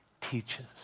Teaches